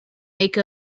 make